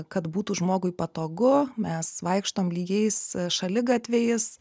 kad būtų žmogui patogu mes vaikštom lygiais šaligatviais